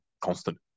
constant